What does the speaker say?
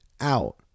out